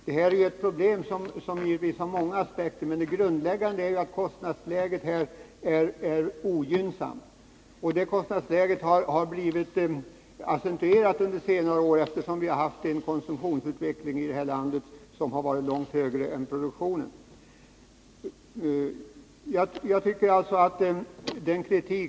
Det ogynnsamma kostnadsläget här har accentuerats på senare år, eftersom konsumtionen här i landet har ökat långt mer än produktionen.